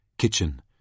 Kitchen